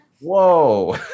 Whoa